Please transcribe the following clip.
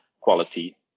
quality